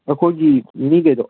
ꯑꯩꯈꯣꯏꯒꯤ ꯃꯤꯒꯩꯗꯣ